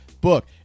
book